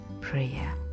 prayer